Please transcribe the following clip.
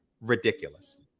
ridiculous